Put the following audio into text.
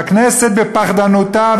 והכנסת בפחדנותה,